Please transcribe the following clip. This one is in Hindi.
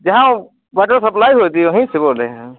जहाँ वाटर सप्लाई होती है वही से बोल रहे हैं